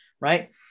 right